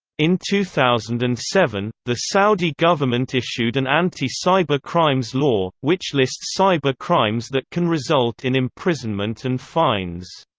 in two thousand and seven, the saudi government issued an anti-cyber crimes law, which lists cyber crimes that can result in imprisonment and fines.